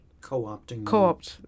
Co-opting